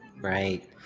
right